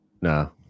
No